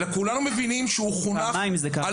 ושהוא חונך וגדל על שנאת יהודים ועל